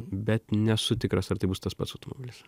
bet nesu tikras ar tai bus tas pats automobilis